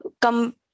come